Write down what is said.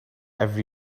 every